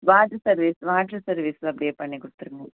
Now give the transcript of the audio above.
water service water service அப்படியே பண்ணி கொடுத்துருங்க